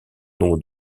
nom